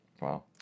Wow